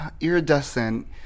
Iridescent